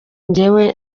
njyewe